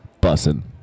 Bussin